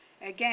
Again